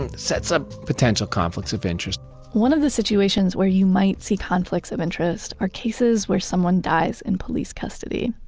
and sets up potential conflicts of interest one of the situations where you might see conflicts of interest are cases where someone dies in police custody.